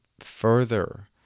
further